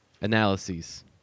Analyses